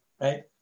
right